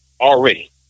Already